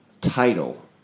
title